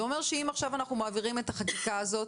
זה אומר שאם עכשיו אנחנו מעבירים את החקיקה הזאת,